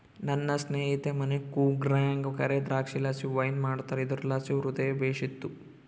ನನ್ನ ಸ್ನೇಹಿತೆಯ ಮನೆ ಕೂರ್ಗ್ನಾಗ ಕರೇ ದ್ರಾಕ್ಷಿಲಾಸಿ ವೈನ್ ಮಾಡ್ತಾರ ಇದುರ್ಲಾಸಿ ಹೃದಯ ಬೇಶಿತ್ತು